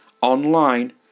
online